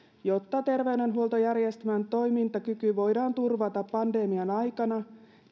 jotta terveydenhuoltojärjestelmän toimintakyky voidaan turvata pandemian aikana